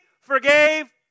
forgave